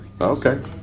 Okay